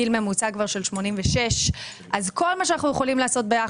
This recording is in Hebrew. הגיל הממוצע הוא כבר 86. אז כל מה שאנחנו יכולים